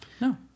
No